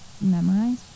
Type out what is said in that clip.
memorize